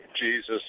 Jesus